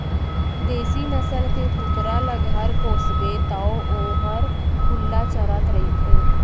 देसी नसल के कुकरा ल घर पोसबे तौ वोहर खुल्ला चरत रइथे